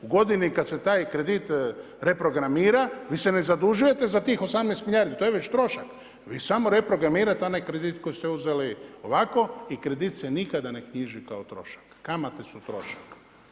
U godini kad se taj kredit reprogramira, vi se ne zadužujete za tih 18 milijardi, to je već trošak, vi samo reprogramirate onaj kredit koji ste uzeli ovako i kredit se nikada ne knjiži kao trošak, kamate su trošak.